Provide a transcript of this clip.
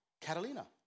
Catalina